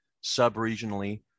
sub-regionally